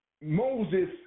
Moses